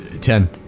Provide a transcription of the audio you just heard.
Ten